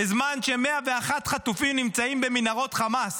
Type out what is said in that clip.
בזמן ש-101 חטופים נמצאים במנהרות חמאס.